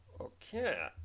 Okay